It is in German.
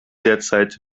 derzeit